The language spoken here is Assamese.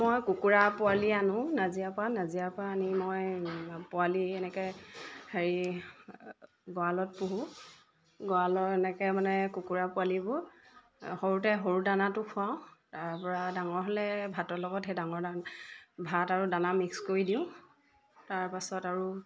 মই কুকুৰা পোৱালি আনো নাজিৰাৰ পৰা নাজিৰাৰ পৰা আনি মই পোৱালি এনেকৈ হেৰি গঁৰালত পোহো গঁৰালৰ এনেকৈ মানে কুকুৰা পোৱালিবোৰ সৰুতে সৰু দানাটো খুৱাওঁ তাৰ পৰা ডাঙৰ হ'লে ভাতৰ লগত সেই ডাঙৰ ভাত আৰু দানা মিক্স কৰি দিওঁ তাৰপাছত আৰু